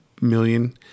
million